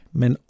men